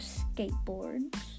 skateboards